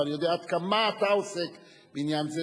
ואני יודע עד כמה אתה עוסק בעניין זה,